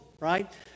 right